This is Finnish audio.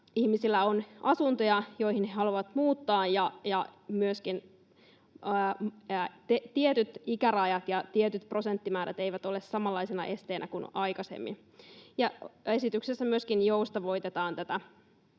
ihmisillä on asuntoja, joihin he haluavat muuttaa, ja tietyt ikärajat ja tietyt prosenttimäärät eivät myöskään ole samanlaisena esteenä kuin aikaisemmin. Esityksessä myöskin joustavoitetaan tätä